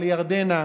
לירדנה,